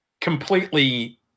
completely